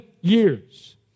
years